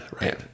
right